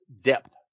depth